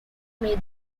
may